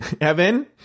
Evan